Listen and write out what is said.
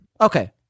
okay